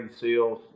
Seals